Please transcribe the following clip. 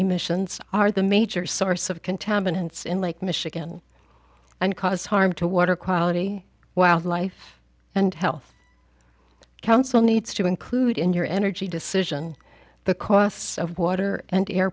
emissions are the major source of contaminants in lake michigan and cause harm to water quality wildlife and health council needs to include in your energy decision the costs of water and air